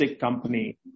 company